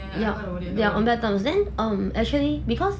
ya they are on bad terms then um actually because